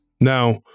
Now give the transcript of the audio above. Now